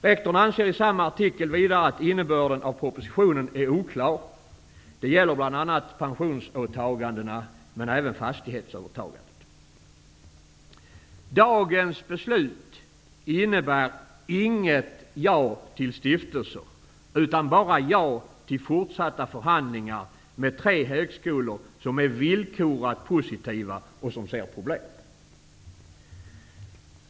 Rektorn anser vidare i samma artikel att innebörden av propositionen är oklar. Det gäller bl.a. pensionsåtagandena, men även fastighetsövertagandet. Dagens beslut innebär inget ja till stiftelser, utan bara ja till fortsatta förhandlingar med tre högskolor som är villkorat positiva och som ser problemen.